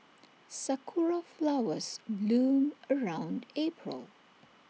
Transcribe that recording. Sakura Flowers bloom around April